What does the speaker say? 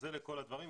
אז זה לכל הדברים,